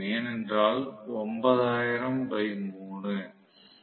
ஏனென்றால் 90003